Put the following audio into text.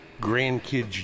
grandkids